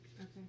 Okay